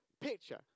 picture